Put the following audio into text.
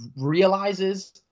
realizes